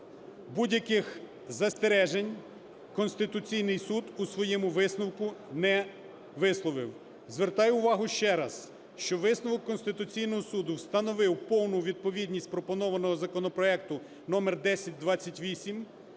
будь-яких застережень Конституційний Суд у своєму висновку не висловив. Звертаю увагу ще раз, що висновок Конституційного Суду встановив повну відповідність пропонованого законопроекту номер 1028,